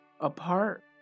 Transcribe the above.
Apart